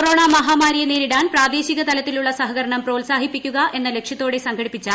corona മഹാമാരിയെ നേരിടാൻ പ്രാദേശിക തലത്തിലുള്ള സഹകരണം പ്രോത്സാഹിപ്പിക്കുക എന്ന ലക്ഷ്യത്തോടെ സംഘടിപ്പിച്ച